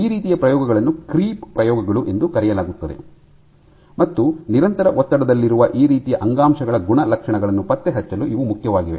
ಈ ರೀತಿಯ ಪ್ರಯೋಗಗಳನ್ನು ಕ್ರೀಪ್ ಪ್ರಯೋಗಗಳು ಎಂದು ಕರೆಯಲಾಗುತ್ತದೆ ಮತ್ತು ನಿರಂತರ ಒತ್ತಡದಲ್ಲಿರುವ ಆ ರೀತಿಯ ಅಂಗಾಂಶಗಳ ಗುಣಲಕ್ಷಣಗಳನ್ನು ಪತ್ತೆಹಚ್ಚಲು ಇವು ಮುಖ್ಯವಾಗಿವೆ